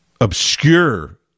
obscure